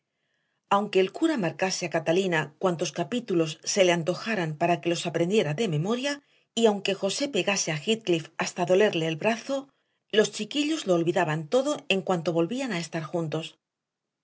aunque el cura marcase a catalina cuantos capítulos se le antojaran para que los aprendiera de memoria y aunque josé pegase a heathcliff hasta dolerle el brazo los chiquillos lo olvidaban todo en cuanto volvían a estar juntos